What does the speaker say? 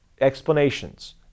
explanations